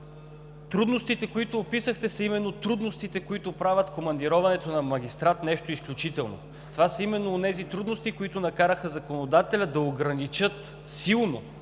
трудностите, които описахте, са именно трудностите, които правят командироването на магистрат нещо изключително. Това са именно онези трудности, които накараха законодателя да ограничи силно